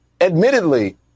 admittedly